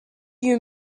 you